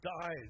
died